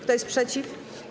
Kto jest przeciw?